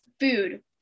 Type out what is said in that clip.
food